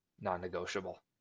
non-negotiable